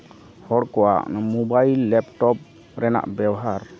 ᱦᱚᱲ ᱠᱚᱣᱟᱜ mobile laptop ᱨᱮᱱᱟᱜ ᱵᱮᱣᱦᱟᱨ